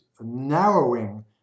narrowing